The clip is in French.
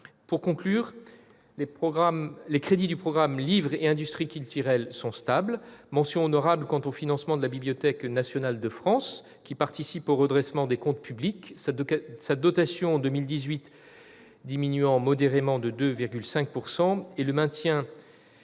Pour conclure, les crédits du programme « Livre et industries culturelles » sont stables. Mention honorable en ce qui concerne le financement de la Bibliothèque nationale de France, qui participe au redressement des comptes publics, puisque sa dotation 2018 diminue modérément de 2,5 %, et le maintien